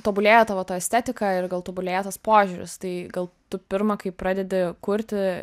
tobulėja tavo ta estetika ir gal tobulėja tas požiūris tai gal tu pirma kai pradedi kurti